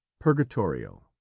purgatorio